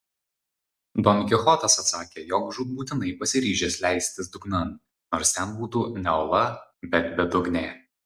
don kichotas atsakė jog žūtbūtinai pasiryžęs leistis dugnan nors ten būtų ne ola bet bedugnė